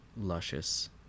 luscious